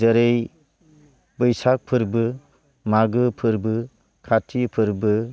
जेरै बैसाग फोरबो मागो फोरबो खाथि फोरबो